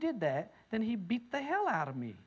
did that then he beat the hell out of me